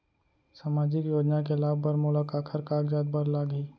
सामाजिक योजना के लाभ बर मोला काखर कागजात बर लागही?